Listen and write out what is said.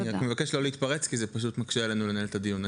אני מבקש לא להתפרץ כי זה מקשה עלינו לנהל את הדיון.